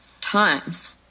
times